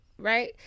right